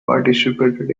participated